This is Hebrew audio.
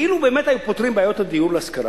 כי אילו באמת היו פותרים את בעיות הדיור להשכרה,